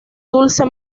dulce